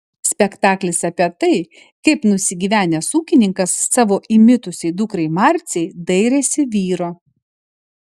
spektaklis apie tai kaip nusigyvenęs ūkininkas savo įmitusiai dukrai marcei dairėsi vyro